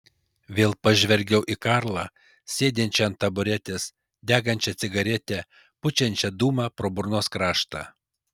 vėl pažvelgiau į karlą sėdinčią ant taburetės degančią cigaretę pučiančią dūmą pro burnos kraštą